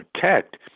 protect